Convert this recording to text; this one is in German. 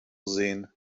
sehen